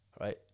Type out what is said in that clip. right